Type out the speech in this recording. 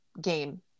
game